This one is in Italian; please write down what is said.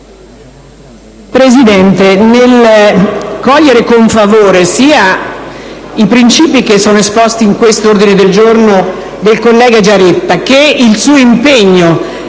Presidente, nel cogliere con favore sia i principi esposti nell'ordine del giorno G6 del collega Giaretta che il suo impegno